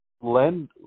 lend